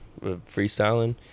freestyling